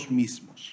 mismos